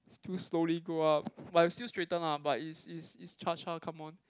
too slowly go up but you still straighten lah but is is is cha-cha come on